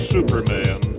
Superman